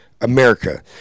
America